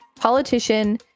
Politician